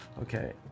Okay